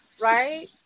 right